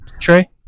Trey